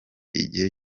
igihe